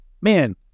man